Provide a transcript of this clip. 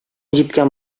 җиткән